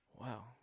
Wow